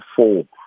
four